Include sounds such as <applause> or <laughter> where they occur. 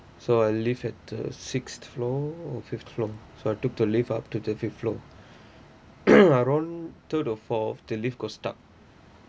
so I lived at the sixth floor or fifth floor so I took the lift up to the fifth floor <coughs> around third or fourth the lift got stuck